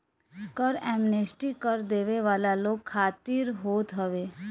कर एमनेस्टी कर देवे वाला लोग खातिर होत हवे